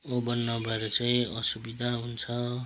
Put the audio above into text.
oven नभएर चाहिँ असुविधा हुन्छ